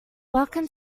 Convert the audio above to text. welcome